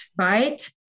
right